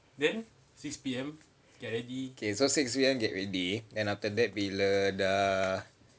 okay so six P_M get already then after that we le~ err